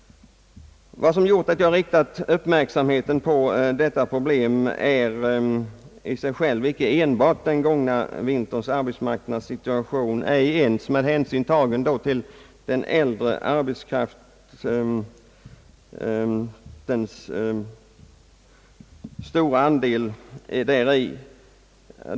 Vad som gjort att jag riktat uppmärksamheten på detta problem är i sig självt inte enbart den gångna vinterns arbetsmarknadssituation, ej ens med hänsyn tagen till den äldre arbetskraf tens stora andel i arbetslösheten.